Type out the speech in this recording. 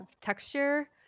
texture